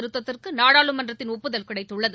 திருத்தத்திற்கு நாடாளுமன்றத்தின் ஒப்புதல் கிடைத்துள்ளது